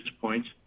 points